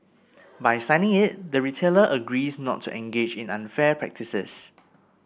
by signing it the retailer agrees not to engage in unfair practices